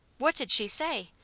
what did she say?